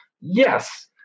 Yes